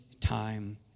time